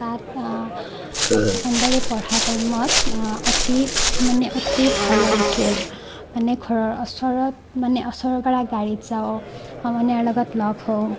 তাত high secondary পঢ়া টাইমত অতি মানে অতি ভাল লাগিছিল মানে ঘৰৰ ওচৰত মানে ওচৰৰ পৰা গাড়ীত যাওঁ সমনীয়াৰ লগত লগ হওঁ